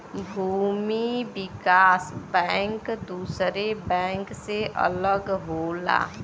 भूमि विकास बैंक दुसरे बैंक से अलग होला